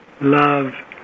love